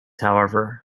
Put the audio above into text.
however